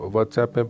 WhatsApp